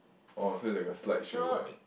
orh so is like a slideshow ah